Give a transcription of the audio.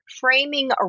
framing